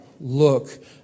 look